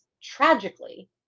tragically